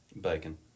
Bacon